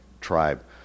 tribe